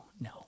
No